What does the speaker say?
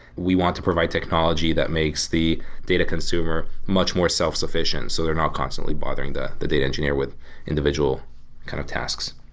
we want to provide technology that makes the data consumer much more self-sufficient so they're not constantly bothering the the data engineer with individual kind of tasks.